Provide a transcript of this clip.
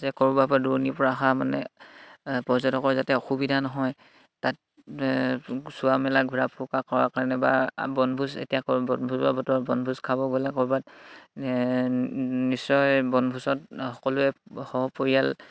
যে ক'ৰবাৰ পা দুৰণিৰ পৰা আহা মানে পৰ্যটকৰ যাতে অসুবিধা নহয় তাত চোৱা মেলা ঘূৰা ফুকা কৰাৰ কাৰণে বা বনভোজ এতিয়া বনভোজ বা বতৰ বনভোজ খাব গ'লে ক'ৰবাত নিশ্চয় বনভোজত সকলোৱে সপৰিয়াল